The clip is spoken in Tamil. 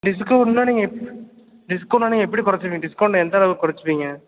டிஸ்கவுண்ட்னால் நீங்கள் டிஸ்கவுண்ட்னால் எப்படி குறைச்சிப்பி டிஸ்கவுண்ட்டில் எந்த அளவுக்கு குறைச்சிப்பீங்க